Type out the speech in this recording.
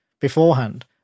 beforehand